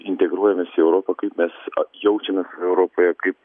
integruojamės į europą kaip mes jaučiamės europoje kaip